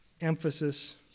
emphasis